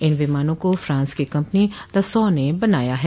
इन विमानों को फ्रांस की कंपनी दसाल्टड ने बनाया है